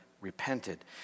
repented